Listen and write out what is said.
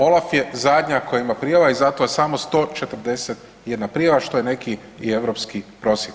OLAF je zadnja koja ima prijava i zato je samo 141 prijava što je neki i europski prosjek.